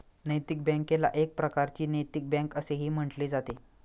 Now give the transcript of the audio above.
नैतिक बँकेला एक प्रकारची नैतिक बँक असेही म्हटले जाते